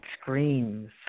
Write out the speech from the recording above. screams